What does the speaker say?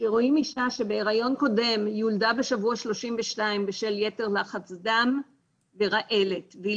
כשרואים אישה שבהיריון קודם יולדה בשבוע 32 בשל יתר לחץ דם ורעלת והיא